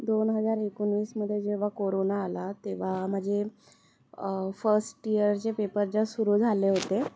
दोन हजार एकोणीसमध्ये जेव्हा कोरोना आला तेव्हा माझे फस्ट इयरचे पेपर जस्ट सुरू झाले होते